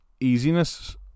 easiness